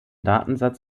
datensatz